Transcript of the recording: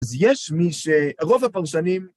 אז יש מי שרוב הפרשנים...